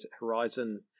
Horizon